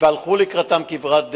והלכו לקראתם כברת דרך,